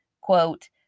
quote